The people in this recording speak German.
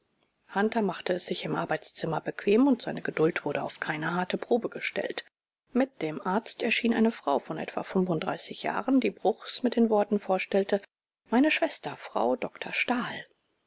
hunter machte es sich im arbeitszimmer bequem und seine geduld wurde auf keine harte probe gestellt mit dem arzt erschien eine frau von etwa fünfunddreißig jahren die bruchs mit den worten vorstellte meine schwester frau doktor stahl